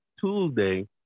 Tuesday